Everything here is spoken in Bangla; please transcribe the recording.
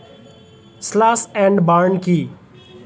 স্লাস এন্ড বার্ন কি?